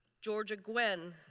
georgia gwen,